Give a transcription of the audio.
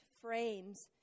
frames